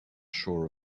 sure